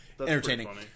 Entertaining